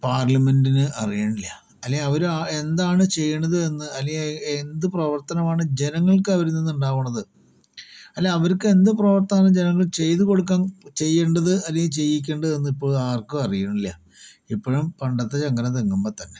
പാർലമെന്റിന് അറിയുന്നില്ല അല്ലെങ്കിൽ അവര് എന്താണ് ചെയ്യണത് എന്ന് അല്ലെങ്കിൽ എന്ത് പ്രവർത്തനമാണ് ജനങ്ങൾക്ക് അവരിൽ നിന്നും ഉണ്ടാവണത് അല്ലെങ്കിൽ അവർക്ക് എന്ത് പ്രവർത്തനമാണ് ജനങ്ങൾ ചെയ്തുകൊടുക്കാൻ ചെയ്യേണ്ടത് അല്ലെങ്കിൽ ചെയ്യിക്കേണ്ടത് എന്ന് ഇപ്പോഴും ആർക്കും അറിയണില്ല ഇപ്പോഴും പണ്ടത്തെ ചങ്കരൻ തെങ്ങിൻമേൽ തന്നെ